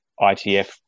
ITF